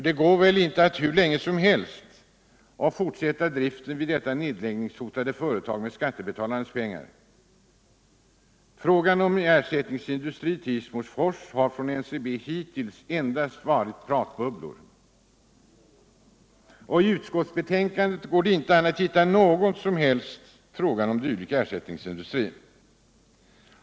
Det går väl inte att hur länge som helst fortsätta driften vid det nedläggningshotade företaget med skattebetalarnas pengar. NCB har när det gäller ersättningsindustri till Hissmofors hittills endast presterat pratbubblor. I utskottsbetänkandet berörs över huvud taget inte frågan om en sådan ersättningsindustri.